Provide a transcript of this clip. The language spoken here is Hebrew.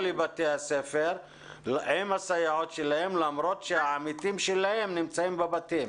לבתי הספר עם הסייעות שלהם למרות שהעמיתים שלהם נמצאים בבתים.